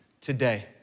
today